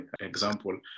example